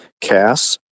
Cass